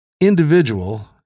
individual